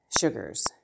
sugars